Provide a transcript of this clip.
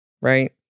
right